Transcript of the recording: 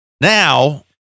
now